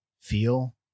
feel